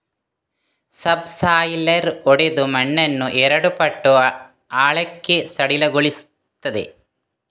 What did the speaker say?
subsoiler ಒಡೆದು ಮಣ್ಣನ್ನು ಎರಡು ಪಟ್ಟು ಆಳಕ್ಕೆ ಸಡಿಲಗೊಳಿಸುತ್ತದೆ